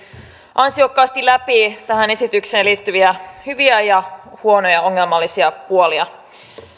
ansiokkaasti läpi tähän esitykseen liittyviä hyviä ja huonoja ongelmallisia puolia